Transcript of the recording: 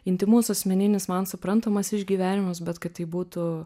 intymus asmeninis man suprantamas išgyvenimas bet kad taip būtų